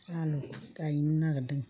आलु गायनो नागिरदों